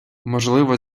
можливо